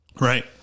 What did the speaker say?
Right